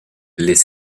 les